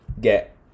get